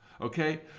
okay